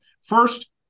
first